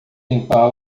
limpar